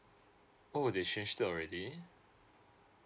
oh they changed it already